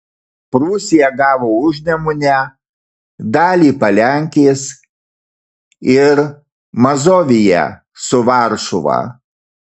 prūsija gavo užnemunę dalį palenkės ir mazoviją su varšuva